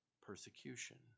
persecution